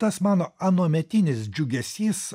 tas mano anuometinis džiugesys